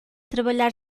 trabalhar